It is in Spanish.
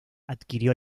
adquirió